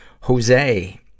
Jose